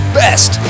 best